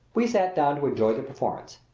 we sat down to enjoy the performance.